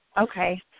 Okay